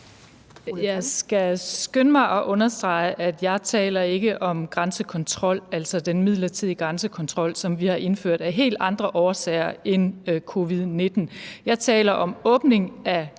Jeg skal skynde mig at understrege, at jeg ikke taler om grænsekontrol, altså den midlertidige grænsekontrol, som vi har indført af helt andre årsager end covid-19. Jeg taler om en åbning af